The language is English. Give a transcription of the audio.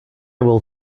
will